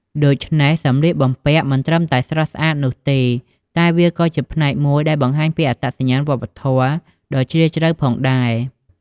ដូច្នេះសម្លៀកបំពាក់មិនមែនត្រឹមតែស្រស់ស្អាតនោះទេ តែវាក៏ជាផ្នែកមួយដែលបង្ហាញពីអត្តសញ្ញាណវប្បធម៌ដ៏ជ្រាលជ្រៅផងដែរ ។